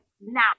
now